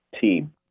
Team